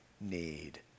need